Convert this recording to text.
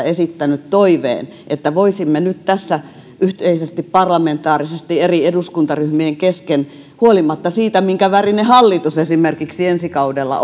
esittänyt toiveen että voisimme nyt tässä yhteisesti parlamentaarisesti eri eduskuntaryhmien kesken huolimatta siitä minkä värinen hallitus esimerkiksi ensi kaudella